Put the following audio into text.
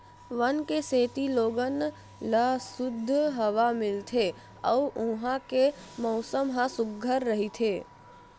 वन के सेती लोगन ल सुद्ध हवा मिलथे अउ उहां के मउसम ह सुग्घर रहिथे